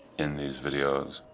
in these videos,